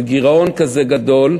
של גירעון כזה גדול,